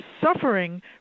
suffering